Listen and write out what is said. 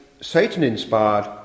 Satan-inspired